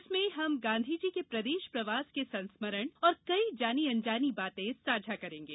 जिसमें हम गांधीजी के प्रदेश प्रवास के संस्मरण और कई जानी अनजानी बातें साझा करेंगे